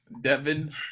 Devin